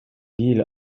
gill